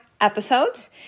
episodes